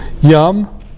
Yum